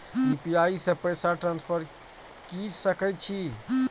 UPI से पैसा transfer की सके छी?